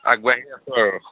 আগবাঢ়ি আছোঁ আৰু